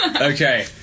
Okay